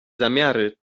zamiary